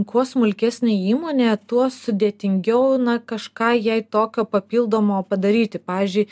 kuo smulkesnė įmonė tuo sudėtingiau na kažką jai tokio papildomo padaryti pavyzdžiui